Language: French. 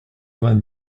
vingt